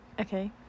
Okay